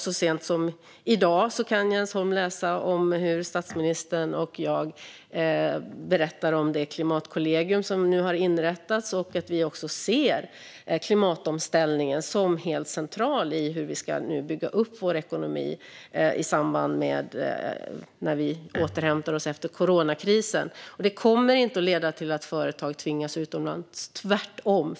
Så sent som i dag har Jens Holm kunnat läsa om hur statsministern och jag berättar om det klimatkollegium som nu har inrättats och om att vi ser klimatomställningen som helt central när vi nu ska bygga upp vår ekonomi i samband med att vi återhämtar oss efter coronakrisen. Detta kommer inte att leda till att företag tvingas utomlands - tvärtom.